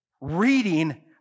reading